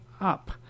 up